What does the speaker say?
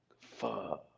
fuck